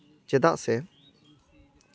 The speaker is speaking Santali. ᱪᱮᱫᱟᱜ ᱥᱮ